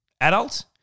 adult